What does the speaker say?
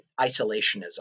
isolationism